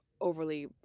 overly